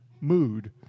mood